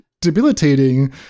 debilitating